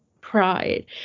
Pride